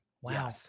Wow